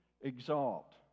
exalt